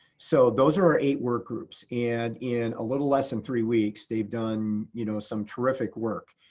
so those are our eight work groups and in a little less than three weeks, they've done you know some terrific work.